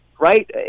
right